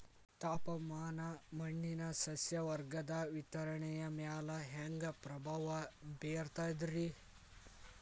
ತಾಪಮಾನ ಮಣ್ಣಿನ ಸಸ್ಯವರ್ಗದ ವಿತರಣೆಯ ಮ್ಯಾಲ ಹ್ಯಾಂಗ ಪ್ರಭಾವ ಬೇರ್ತದ್ರಿ?